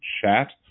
chat